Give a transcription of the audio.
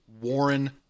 Warren